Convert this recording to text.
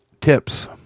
tips